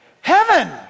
heaven